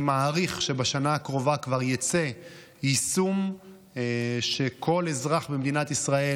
אני מעריך שבשנה הקרובה כבר יצא יישום שכל אזרח במדינת ישראל